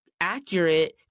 accurate